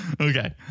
Okay